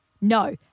No